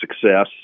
success